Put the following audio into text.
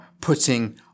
putting